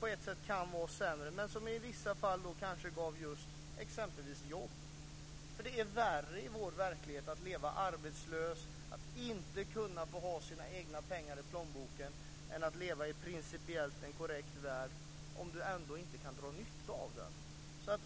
på ett sätt kan vara sämre. I vissa fall kanske det ger just exempelvis jobb. Det är värre i vår verklighet att leva arbetslös, att inte kunna få ha sina egna pengar i plånboken, än att leva i en principiellt korrekt värld om du ändå inte kan dra nytta av den.